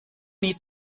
nie